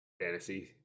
fantasy